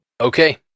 okay